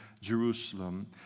Jerusalem